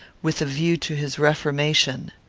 with a view to his reformation.